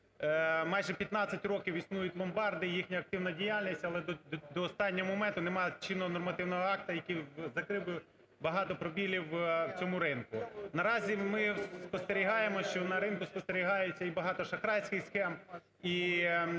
майже 15 років існують ломбарди і їхня активна діяльність, але до останнього моменту немає чинного нормативного акту, який закрив би багато пробілів в цьому ринку. Наразі ми спостерігаємо, що на ринку спостерігається і багато шахрайських схем, і